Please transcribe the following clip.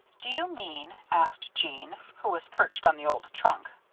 do you mean, asked jeanne, who was perched on the old trunk,